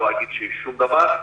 לא אגיד ששום דבר,